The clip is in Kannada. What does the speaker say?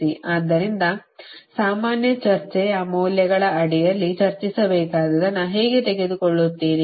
ಆದ್ದರಿಂದ ಸಾಮಾನ್ಯ ಚರ್ಚೆಯ ಮೌಲ್ಯಗಳ ಅಡಿಯಲ್ಲಿ ಚರ್ಚಿಸಬೇಕಾದದ್ದನ್ನು ಹೇಗೆ ತೆಗೆದುಕೊಳ್ಳುತ್ತೀರಿ